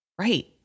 Right